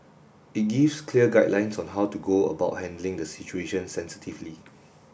it gives clear guidelines on how to go about handling the situation sensitively